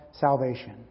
salvation